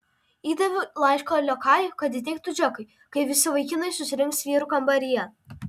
įdaviau laišką liokajui kad įteiktų džekui kai visi vaikinai susirinks vyrų kambaryje